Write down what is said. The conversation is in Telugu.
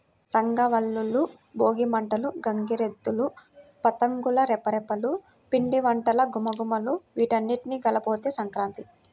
రంగవల్లులు, భోగి మంటలు, గంగిరెద్దులు, పతంగుల రెపరెపలు, పిండివంటల ఘుమఘుమలు వీటన్నింటి కలబోతే సంక్రాంతి